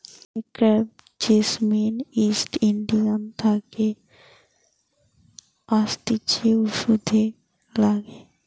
crepe jasmine East India থাকে আসতিছে ওষুধে লাগে